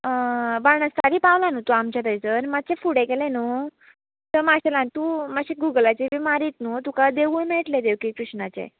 बाणस्तारी पावलां न्हू तूं आमचे थंयसर मात्शें फुडें गेलें न्हू माशेलान तूं मातशें गुगलाचेर बी मारीत न्हू तुका देवूळ मेळटलें देवकी कृष्णाचें